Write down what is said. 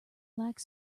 like